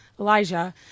Elijah